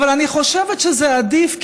אבל אני חושבת שזה עדיף,